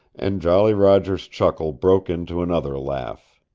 and jolly roger's chuckle broke into another laugh.